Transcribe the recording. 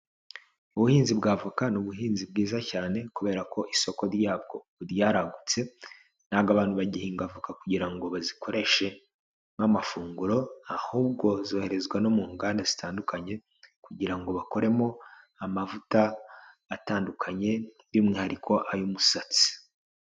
Ubuhinzi bw'avoka ni ubuhinzi bwiza cyane kubera ko isoko ryabwo ryaragutse, ntabwo abantu bagihinga voka kugira ngo bazikoreshe nk'amafunguro, ahubwo zoherezwa no mu nganda zitandukanye kugira ngo bakoremo amavuta atandukanye by'umwihariko ay'umusatsi.